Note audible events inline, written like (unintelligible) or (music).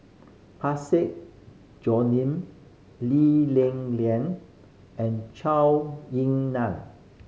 Parsick (unintelligible) Lee Li Lian and (unintelligible) Ying Nan